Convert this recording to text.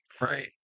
Right